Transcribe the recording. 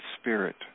spirit